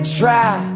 try